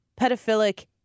pedophilic